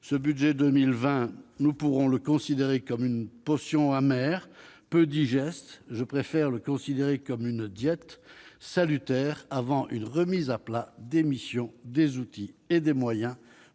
Le budget pour 2020 peut être considéré comme une potion amère, peu digeste ; je préfère l'envisager comme une diète salutaire, avant une remise à plat des missions, des outils et des moyens,